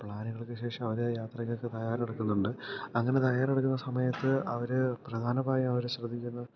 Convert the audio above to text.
പ്ലാന്കൾക്ക് ശേഷം അവർ യാത്രയ്ക്കൊക്കെ തയ്യാറെടുക്കുന്നുണ്ട് അങ്ങനെ തയ്യാറെടുക്കുന്ന സമയത്ത് അവർ പ്രധാനമായും അവർ ശ്രദ്ധിക്കുന്ന